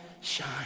shine